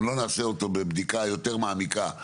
אם לא נעשה אותו בבדיקה יותר מעמיקה,